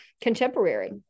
contemporary